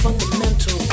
Fundamental